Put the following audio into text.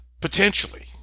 potentially